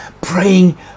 Praying